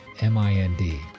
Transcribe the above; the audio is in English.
M-I-N-D